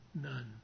None